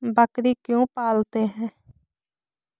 बकरी क्यों पालते है?